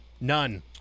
None